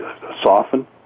Soften